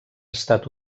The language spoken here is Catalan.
estat